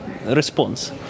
response